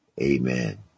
Amen